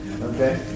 Okay